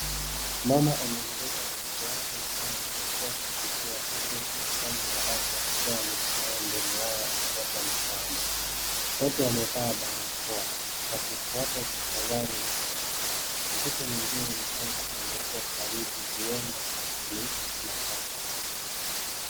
Mama amemleta mtoto wake mchanga akiwa kwa kifua huku mfanyakazi wa afya akiwa amesimama mbele yao akiwapa msaada. Wote wamevaa barakoa wakifuata tahadhari za kiafya. Mtoto mwengine mchanga aliyewekwa karibu huenda ni mapacha.